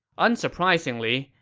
unsurprisingly,